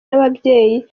n’ababyeyi